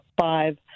five